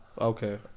Okay